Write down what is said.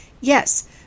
Yes